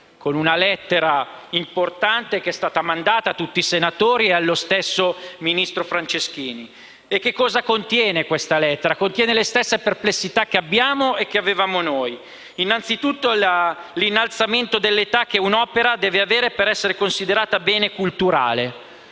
con una lettera importante che è stata mandata a tutti i senatori e allo stesso ministro Franceschini. La lettera contiene le stesse perplessità che abbiamo e che avevamo noi. Mi riferisco innanzitutto all'innalzamento dell'età che un'opera deve avere per essere considerata bene culturale: